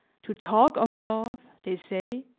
to talk of love, they say,